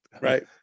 Right